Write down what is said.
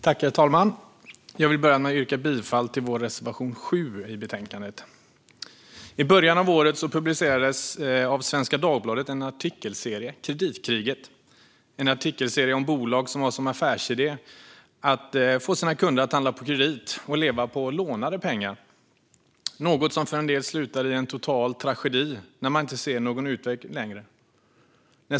Herr talman! Jag vill börja med att yrka bifall till vår reservation 7 i betänkandet. I början av året publicerade Svenska Dagbladet en artikelserie, Kreditkriget. Det var en artikelserie om bolag som har som affärsidé att få sina kunder att handla på kredit och leva på lånade pengar - något som för en del slutar i en total tragedi när de inte ser någon utväg längre.